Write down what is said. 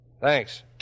Thanks